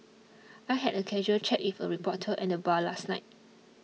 I had a casual chat with a reporter at the bar last night